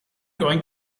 going